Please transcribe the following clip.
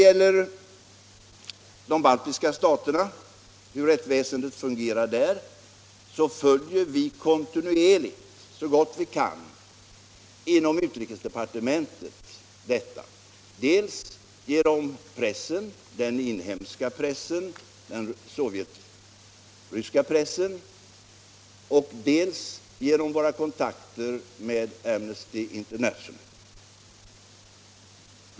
Hur rättsväsendet fungerar i de baltiska staterna följer vi inom UD kontinuerligt så gott vi kan, dels i den sovjetryska pressen, dels genom våra kontakter med Amnesty International.